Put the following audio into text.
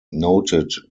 noted